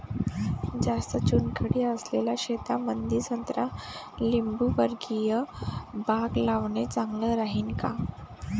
जास्त चुनखडी असलेल्या शेतामंदी संत्रा लिंबूवर्गीय बाग लावणे चांगलं राहिन का?